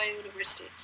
University